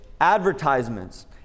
advertisements